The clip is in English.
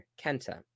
kenta